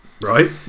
Right